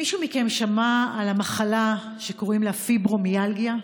מישהו מכם שמע על המחלה שקוראים לה פיברומיאלגיה?